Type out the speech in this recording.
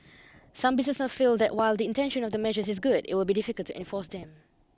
some businesses feel that while the intention of the measures is good it would be difficult to enforce them